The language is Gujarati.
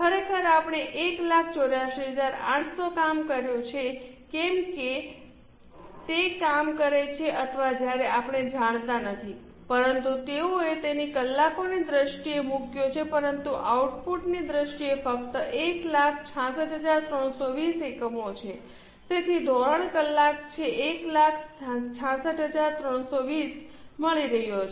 ખરેખર આપણે 184800 કામ કર્યું છે કે કેમ તે કામ કરે છે અથવા જ્યારે આપણે જાણતા નથી પરંતુ તેઓએ તેને કલાકોની દ્રષ્ટિએ મૂક્યો છે પરંતુ આઉટપુટની દ્રષ્ટિએ તે ફક્ત 166320 એકમો છે તેથી ધોરણ કલાક છે 166320 મળી રહ્યો છે